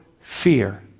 fear